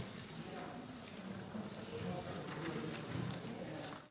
Hvala